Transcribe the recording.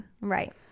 Right